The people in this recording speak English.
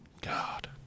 God